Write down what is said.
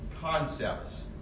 concepts